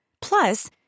Plus